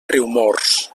riumors